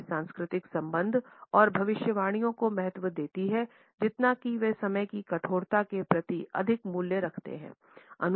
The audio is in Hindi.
ये संस्कृतियाँ संबंध और भविष्यवाणियों को महत्व देती हैं जितना कि वे समय की कठोरता के प्रति अधिक मूल्य रखते हैं